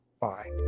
Bye